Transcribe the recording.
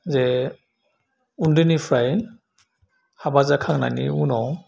जे उन्दैनिफ्राय हाबा जाखांनायनि उनाव